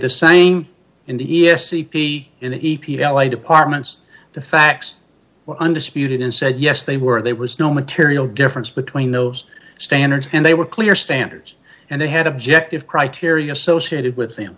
the same in the s e p in the e p l i departments the facts were undisputed and said yes they were there was no material difference between those standards and they were clear standards and they had objective criteria associated with them